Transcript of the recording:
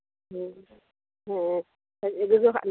ᱦᱮᱸ ᱦᱮᱸ